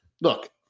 look